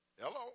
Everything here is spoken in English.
Hello